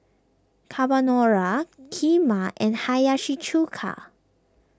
Carbonara Kheema and Hiyashi Chuka